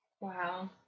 Wow